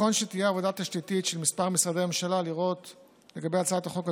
נכון שתהיה עבודה תשתיתית של כמה משרדי ממשלה לגבי הצעת החוק הזאת,